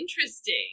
interesting